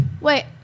Wait